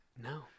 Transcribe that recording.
no